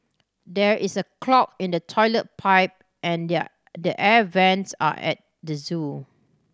there is a clog in the toilet pipe and the the air vents at the zoo